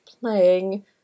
playing